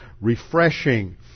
refreshing